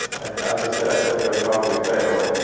like i said, i thought they would probably fail.